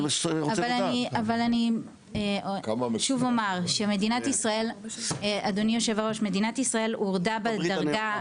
אני שוב אומר שמדינת ישראל הורדה בדרגה